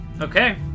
Okay